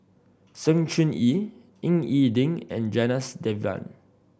Sng Choon Yee Ying E Ding and Janadas Devan